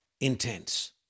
intense